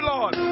Lord